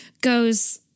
goes